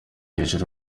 hejuru